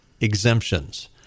exemptions